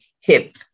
hip